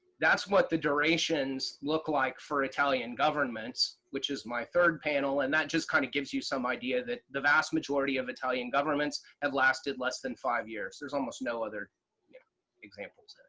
that's what the durations look like for italian governments, which is my third panel, and that just kind of gives you some idea that the vast majority of italian governments have lasted less than five years. there's almost no other yeah examples.